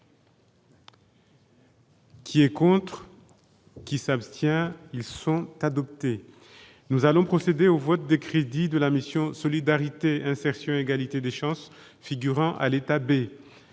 Qui est contre qui s'abstient ils sont adoptés, nous allons procéder au vote des crédits de la mission Solidarité, insertion et égalité des chances, figurant à l'État B.